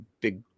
big